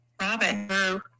Robin